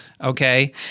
okay